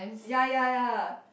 ya ya ya